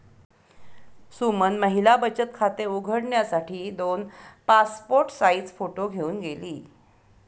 सुमन महिला बचत खाते उघडण्यासाठी दोन पासपोर्ट साइज फोटो घेऊन गेली